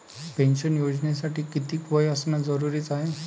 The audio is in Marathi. पेन्शन योजनेसाठी कितीक वय असनं जरुरीच हाय?